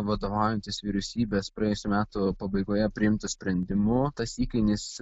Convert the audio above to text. vadovaujantis vyriausybės praėjusių metų pabaigoje priimtu sprendimu tas įkainis